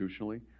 institutionally